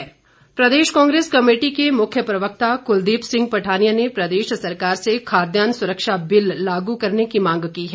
कुलदीप पठानिया प्रदेश कांग्रेस कमेटी के मुख्य प्रवक्ता कुलदीप सिंह पठानिया ने प्रदेश सरकार से खाद्यान्न सुरक्षा बिल लागू करने की मांग की है